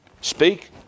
Speak